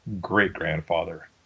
great-grandfather